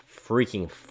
freaking